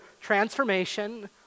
transformation